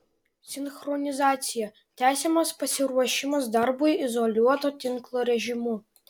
sinchronizacija tęsiamas pasiruošimas darbui izoliuoto tinklo režimu